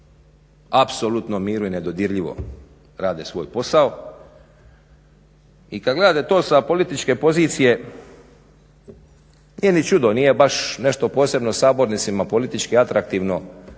apsolutnom miru i nedodirljivo rade svoj posao i kad gledate to sa političke pozicije nije ni čudo, nije baš posebno sabornicima, politički atraktivno